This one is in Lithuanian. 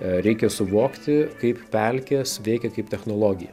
reikia suvokti kaip pelkės veikia kaip technologija